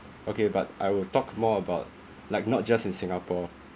okay but I will talk more about like not just in singapore